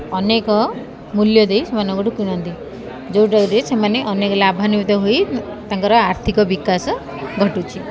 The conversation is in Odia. ଅନେକ ମୂଲ୍ୟ ଦେଇ ସେମାନଙ୍କଠୁ କିଣନ୍ତି ଯେଉଁଟାକରେ ସେମାନେ ଅନେକ ଲାଭାନ୍ଵିତ ହୋଇ ତାଙ୍କର ଆର୍ଥିକ ବିକାଶ ଘଟୁଛି